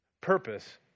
purpose